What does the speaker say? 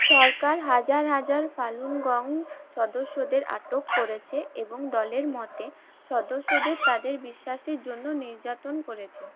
সরকার হাজার হাজার Falun Gong সদস্যদের আটক করেছে এবং দলের মতে সদস্যদের তাদের বিশ্বাসের জন্য নির্যাতন করেছে